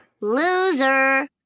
Loser